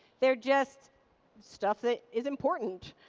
they're just stuff that is important.